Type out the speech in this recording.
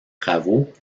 travaux